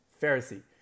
Pharisee